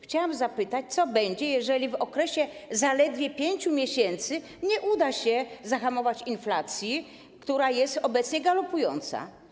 Chciałam zapytać, co będzie, jeżeli w okresie zaledwie 5 miesięcy nie uda się zahamować inflacji, która obecnie jest galopująca.